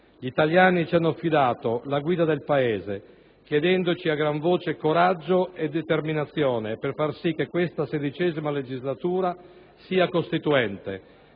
Gli italiani ci hanno affidato la guida del Paese, chiedendoci a gran voce coraggio e determinazione per far sì che questa XVI legislatura sia costituente,